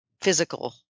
physical